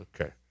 Okay